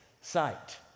sight